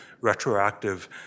retroactive